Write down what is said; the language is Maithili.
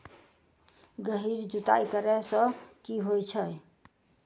गहिर जुताई करैय सँ की होइ छै?